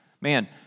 Man